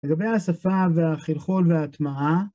לגבי השפה והחלחול וההטמעה